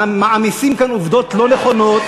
מעמיסים כאן עובדות לא נכונות,